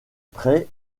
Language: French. près